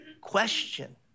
question